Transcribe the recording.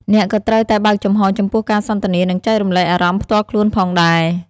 អ្នកក៏ត្រូវតែបើកចំហរចំពោះការសន្ទនានិងចែករំលែកអារម្មណ៍ផ្ទាល់ខ្លួនផងដែរ។